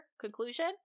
conclusion